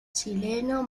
chileno